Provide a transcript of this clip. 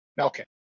Okay